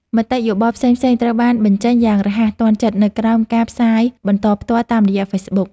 មតិយោបល់ផ្សេងៗត្រូវបានបញ្ចេញយ៉ាងរហ័សទាន់ចិត្តនៅក្រោមការផ្សាយបន្តផ្ទាល់តាមរយៈហ្វេសប៊ុក។